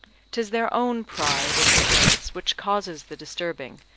tis their own pride and ignorance which causes the disturbing,